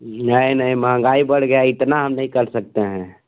नहीं नहीं महंगाई बढ़ गया है इतना हम नहीं कर सकते हैं